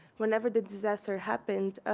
whenever the disaster happened,